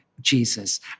Jesus